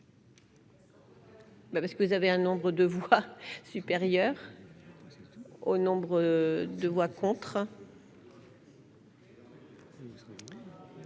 parce que vous avez un nombre de vous pas supérieur au nombre de voix contre.